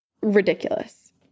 ridiculous